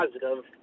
positive